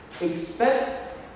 Expect